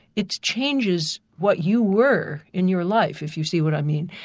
it changes what you were in your life, if you see what i mean.